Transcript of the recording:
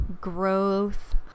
growth